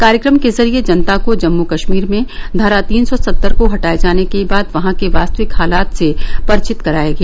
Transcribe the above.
कार्यक्रम के जरिए जनता को जम्मू कश्मीर में धारा तीन सौ सत्तर को हटाए जाने के बाद वहां के वास्तविक हालात से लोगों को परिचित कराया गया